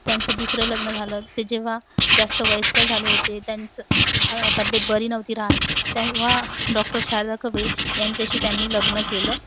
त्यांचं दुसरं लग्न झालं ते जेव्हा जास्त वयस्कर झाले होते त्यांचं तब्येत बरी नव्हती राहत तेव्हा डॉक्टर शारदा कबीर यांच्याशी त्यांनी लग्न केलं